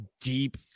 deep